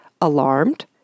alarmed